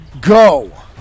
go